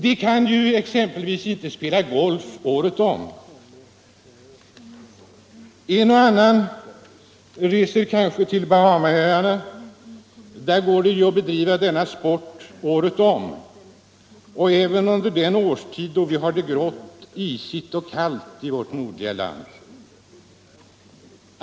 De kan ju exempelvis inte spela golf året om. En och annan reser kanske till Bahamaöarna, där det går att bedriva denna sport året om, även under den årstid då vi har det grått, isigt och kallt i vårt nordliga land.